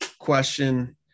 question